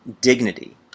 dignity